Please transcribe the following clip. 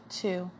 two